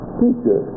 teacher